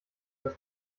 was